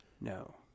No